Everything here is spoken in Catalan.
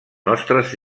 nostres